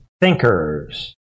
thinkers